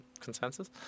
consensus